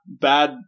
bad